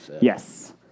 Yes